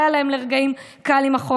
שלרגעים לא היה לה קל עם החוק,